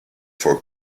for